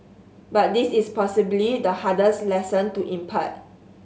but this is possibly the hardest lesson to impart